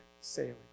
sailing